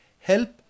Help